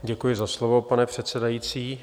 Děkuji za slovo, pane předsedající.